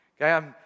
Okay